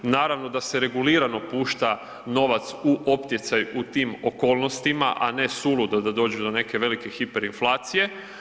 Naravno da se regulirano pušta novac u opticaj u tim okolnostima, a ne suludo da dođe do neke velike hiperinflacije.